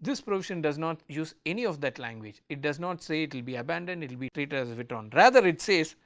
this provision does not use any of that language it does not say it will be abandoned it will be treated as withdrawn rather it says